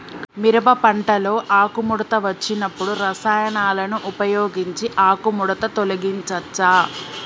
మిరప పంటలో ఆకుముడత వచ్చినప్పుడు రసాయనాలను ఉపయోగించి ఆకుముడత తొలగించచ్చా?